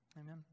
amen